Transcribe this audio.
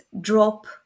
drop